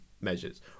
measures